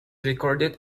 recorded